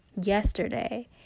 yesterday